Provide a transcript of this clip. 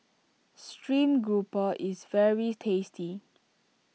Stream Grouper is very tasty